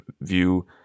view